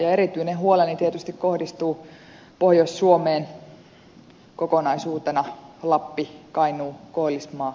erityinen huoleni tietysti kohdistuu pohjois suomeen kokonaisuutena